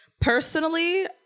personally